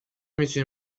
میتونی